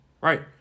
Right